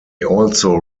also